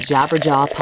Jabberjaw